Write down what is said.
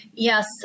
Yes